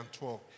12